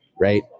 right